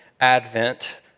Advent